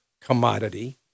commodity